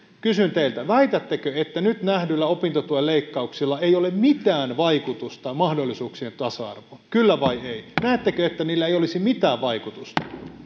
kysyn teiltä väitättekö että nyt nähdyillä opintotuen leikkauksilla ei ole mitään vaikutusta mahdollisuuksien tasa arvoon kyllä vai ei näettekö että niillä ei olisi mitään vaikutusta